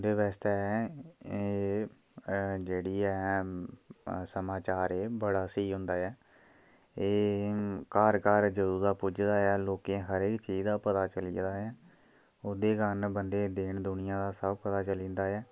उं'दे बास्तै एह् जेह्ड़ी ऐ समाचार एह् बड़ा स्हेई होंदा ऐ एह् घर घर च जदूं दा पुज्जे दा ऐ लोकें ई हर इक चीजा दा पता चली गेदा ऐ ओह्दे कारण बंदे देन दुनियां दा सब पता चली जंदा ऐ